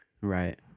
Right